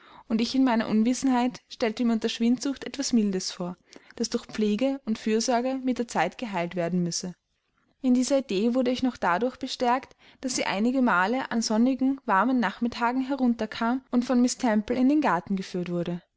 und ich in meiner unwissenheit stellte mir unter schwindsucht etwas mildes vor das durch pflege und fürsorge mit der zeit geheilt werden müsse in dieser idee wurde ich noch dadurch bestärkt daß sie einigemal an sonnigen warmen nachmittagen herunter kam und von miß temple in den garten geführt wurde